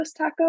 Tacos